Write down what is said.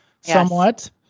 somewhat